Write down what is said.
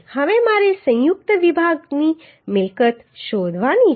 હવે મારે સંયુક્ત વિભાગની મિલકત શોધવાની છે